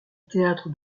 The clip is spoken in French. théâtre